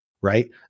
right